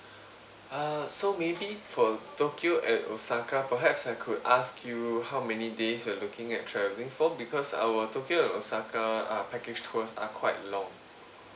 err so maybe for tokyo and osaka perhaps I could ask you how many days you are looking at travelling for because our tokyo and osaka uh package tours are quite long